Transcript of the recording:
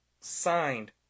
signed